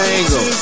Angle